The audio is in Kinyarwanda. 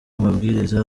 amabwiriza